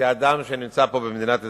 כאדם שנמצא פה, במדינת ישראל,